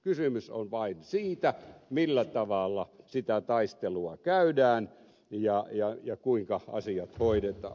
kysymys on vain siitä millä tavalla sitä taistelua käydään ja kuinka asiat hoidetaan